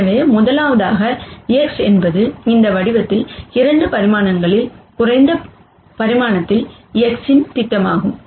எனவே முதலாவதாக X̂ என்பது இந்த விஷயத்தில் 2 பரிமாணங்களில் குறைந்த பரிமாணத்தில் X இன் திட்டமாகும்